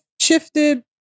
shifted